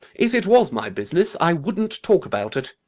if it was my business, i wouldn't talk about it.